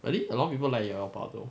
really a lot of people like 幺幺八 though